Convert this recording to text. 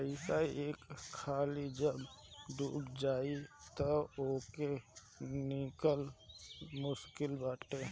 पईसा एक हाली जब डूब जाई तअ ओकर निकल मुश्लिक बाटे